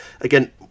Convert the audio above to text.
Again